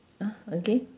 !huh! again